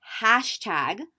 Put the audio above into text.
hashtag